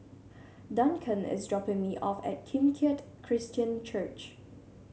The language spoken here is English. Duncan is dropping me off at Kim Keat Christian Church